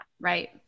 Right